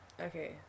Okay